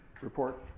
report